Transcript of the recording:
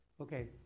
okay